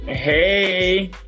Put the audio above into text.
Hey